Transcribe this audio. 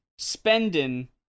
spending